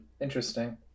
Interesting